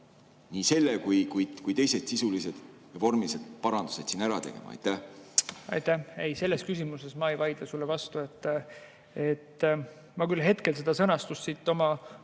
nii selle kui ka teised sisulised ja vormilised parandused siin ära tegema? Aitäh! Ei, selles küsimuses ma ei vaidle sulle vastu. Ma küll hetkel seda sõnastust siit oma